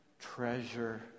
treasure